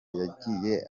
yagiye